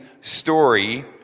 story